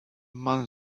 man